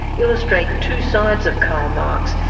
illustrate two sides of karl marx,